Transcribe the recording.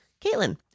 Caitlin